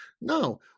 No